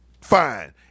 fine